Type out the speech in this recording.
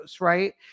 right